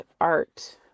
art